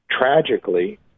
tragically